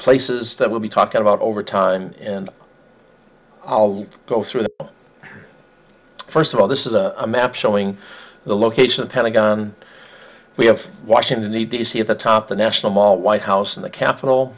places that we'll be talking about over time and i'll go through the first of all this is a map showing the location of pentagon we have washington d c at the top the national mall white house and the capit